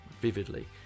vividly